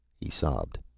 he sobbed.